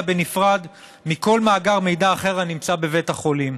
בנפרד מכל מאגר מידע אחר הנמצא בבית החולים.